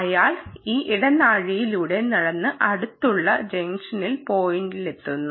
അയാൾ ഈ ഇടനാഴിയിലൂടെ നടന്ന് അടുത്തുള്ള ജംഗ്ഷൻ പോയിന്റിലെത്തുന്നു